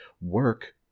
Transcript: work